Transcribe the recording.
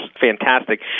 fantastic